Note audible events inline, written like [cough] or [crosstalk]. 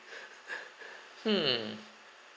[breath] hmm